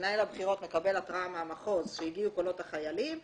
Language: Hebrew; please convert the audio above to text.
מנהל הבחירות מקבל התראה מהמחוז שהגיעו קולות החיילים.